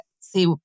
see